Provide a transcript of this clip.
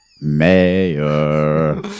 Mayor